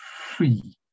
free